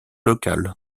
local